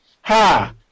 Ha